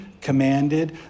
commanded